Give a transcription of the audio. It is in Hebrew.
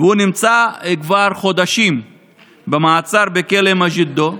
והוא נמצא כבר חודשים במעצר בכלא מגידו,